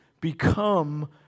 become